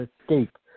escape